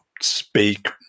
speak